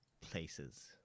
places